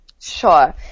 sure